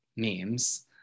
Memes